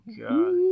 God